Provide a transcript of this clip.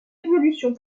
évolution